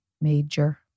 Major